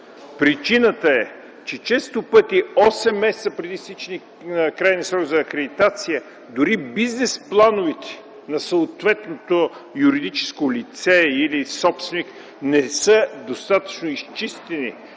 Причината е, че често пъти осем месеца преди изтичане на крайния срок за акредитация дори бизнесплановете на съответното юридическо лице или собственик не са достатъчно изчистени.